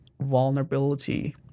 vulnerability